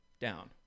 down